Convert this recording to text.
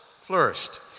flourished